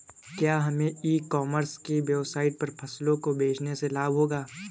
क्या हमें e commerce की वेबसाइट पर फसलों को बेचने से लाभ होगा?